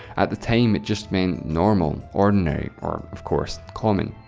at the time it just meant normal, ordinary, or, of course, common.